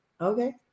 Okay